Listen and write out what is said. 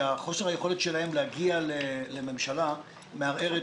שחוסר היכולת שלהם להגיע לממשלה מערער את